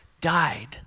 died